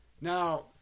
Now